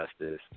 Justice